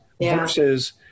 versus